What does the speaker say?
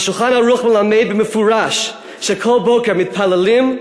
ה"שולחן ערוך" מלמד במפורש שכל בוקר מתפללים,